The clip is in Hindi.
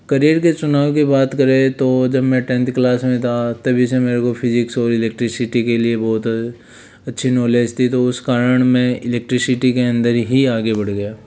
करिअर के चुनाव की बात करें तो जब मैं टेन्थ क्लास में था तभी से मेरे को फिज़िक्स और इलेक्ट्रिसिटी के लिए बहुत अच्छी नोलेज थी तो उस कारण मैं इलेक्ट्रिसिटी के अंदर ही आगे बढ़ गया